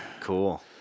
Cool